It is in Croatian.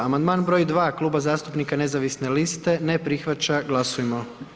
Amandman br. 2 Kluba zastupnika nezavisne liste, ne prihvaća, glasujmo.